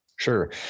Sure